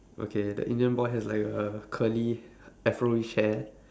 okay the indian boy has like a curly afroish hair